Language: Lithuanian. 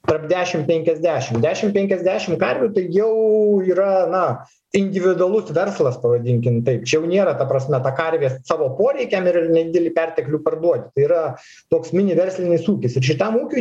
tarp dešim penkiasdešim dešim penkiasdešim karvių tai jau yra na individualus verslas pavadinkim taip čia jau nėra ta prasme ta karvė savo poreikiam ir nedidelį perteklių parduoti tai yra toks mini verslinis ūkis ir šitam ūkiui